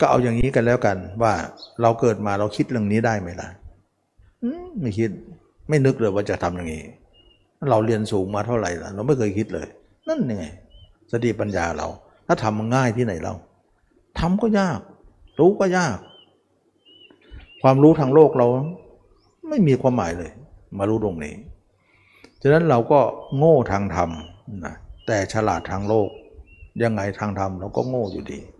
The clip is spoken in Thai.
ก็เอาอย่างนี้กันแล้วกันว่าเราเกิดมาเราคิดเรื่องนี้ได้ไหมล่ะ? อืม ไม่คิด ไม่นึกเลยว่าจะทำอย่างนี้ เราเรียนสูงมาเท่าไหร่ล่ะเราไม่เคยคิดเลย นั่นยังไง สติปัญญาเรา ถ้าทำง่ายที่ไหนเรา? ทำก็ยาก รู้ก็ยาก ความรู้ทางโลกเราไม่มีความหมายเลย มารู้ตรงนี้ ฉะนั้นเราก็โง่ทางธรรมนะ แต่ฉลาดทางโลก ยังไงทางธรรมเราก็โง่อยู่ดี